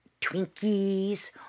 Twinkies